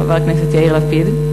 חבר הכנסת יאיר לפיד.